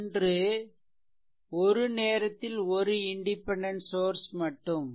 ஒன்று ஒரு நேரத்தில் ஒரு இண்டிபெண்டென்ட் சோர்ஸ் மட்டும்